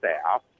staff